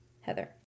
Heather